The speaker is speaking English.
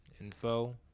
Info